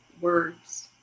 words